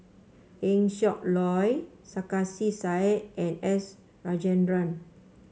Eng Siak Loy Sarkasi Said and S Rajendran